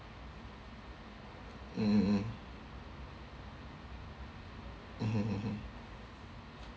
mm mm mm mmhmm mm mm